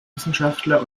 wissenschaftler